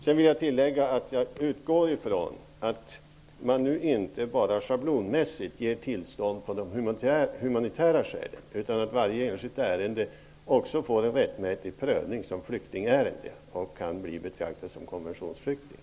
Sedan vill jag tillägga att jag utgår ifrån att man nu inte bara schablonmässigt ger tillstånd av humanitära skäl, utan att varje enskilt ärende får en rättmätig prövning som flyktingärende så att man kan bli betraktad som konventionsflykting.